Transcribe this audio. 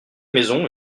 maisons